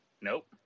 Nope